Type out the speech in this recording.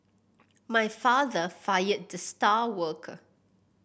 my father fired the star worker